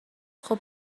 خوب